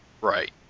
Right